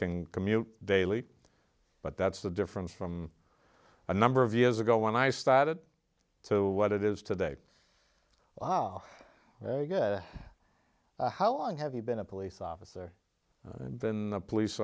can commute daily but that's the difference from a number of years ago when i started to what it is today wow how long have you been a police officer and been the police